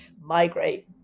migrate